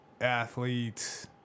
athletes